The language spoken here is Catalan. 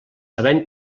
havent